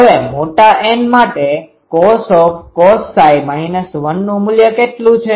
હવે મોટા N માટે cos 1નું મૂલ્ય કેટલું છે